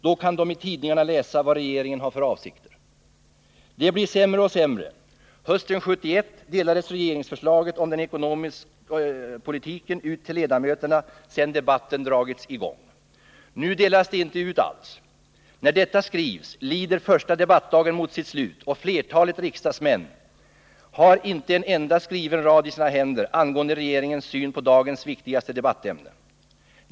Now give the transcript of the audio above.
Då kan deitidningarna läsa vad regeringen har för avsikter. Det blir sämre och sämre. Hösten 1971 delades regeringsförslaget om den ekonomiska politiken ut till ledamöterna sedan debatten dragits i gång. Nu delas det inte ut alls. När detta skrivs lider första debattdagen mot sitt slut och flertalet riksdagsmän har inte en enda skriven rad i sina händer angående regeringens syn på dagens viktigaste debattämne.